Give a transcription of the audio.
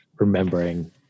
remembering